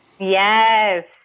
Yes